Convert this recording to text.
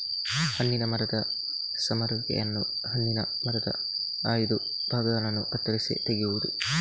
ಹಣ್ಣಿನ ಮರದ ಸಮರುವಿಕೆಯನ್ನು ಹಣ್ಣಿನ ಮರದ ಆಯ್ದ ಭಾಗಗಳನ್ನು ಕತ್ತರಿಸಿ ತೆಗೆಯುವುದು